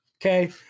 Okay